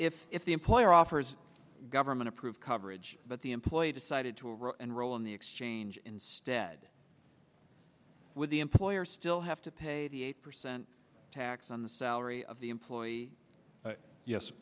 if if the employer offers government approved coverage but the employee decided to roll and roll in the exchange instead with the employer still have to pay the eight percent tax on the salary of the employee yes yes